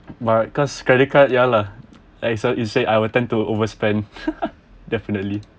but cause credit card ya lah like you said I will tend to overspend definitely